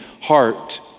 heart